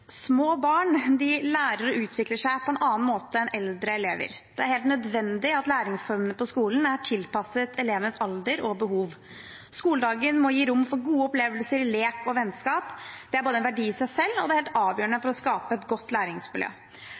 Små barn lærer og utvikler seg på en annen måte enn eldre elever. Det er helt nødvendig at læringsformene på skolen er tilpasset elevenes alder og behov. Skoledagen må gi rom for gode opplevelser i lek og vennskap. Det er både en verdi i seg selv og helt avgjørende for å skape et godt læringsmiljø.